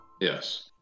Yes